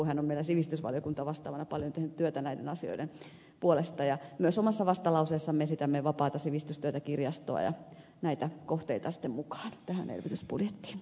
hän on meillä sivistysvaliokuntavastaavana paljon tehnyt työtä näiden asioiden puolesta ja myös omassa vastalauseessamme esitämme vapaata sivistystyötä kirjastoa ja näitä kohteita sitten mukaan tähän elvytysbudjettiin